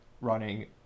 running